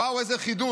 ואו, איזה חידוש.